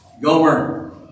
Gomer